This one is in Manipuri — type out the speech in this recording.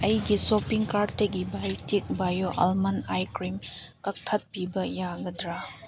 ꯑꯩꯒꯤ ꯁꯣꯞꯄꯤꯡ ꯀꯥꯔꯠꯇꯒꯤ Biotique bio almond eye cream ꯀꯛꯊꯠꯄꯤꯕ ꯌꯥꯒꯗ꯭ꯔꯥ